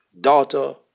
daughter